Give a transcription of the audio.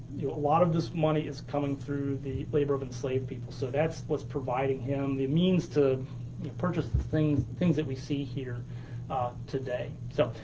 a lot of this money is coming through the labor of enslaved people. so that's what's providing him the means to purchase the things things that we see here today. so,